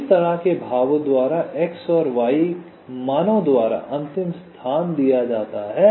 तो इस तरह के भावों द्वारा x और y मानों द्वारा अंतिम स्थान दिया जाता है